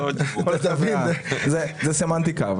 זאת סמנטיקה.